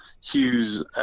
Hughes